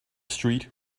street